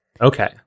Okay